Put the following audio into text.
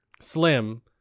slim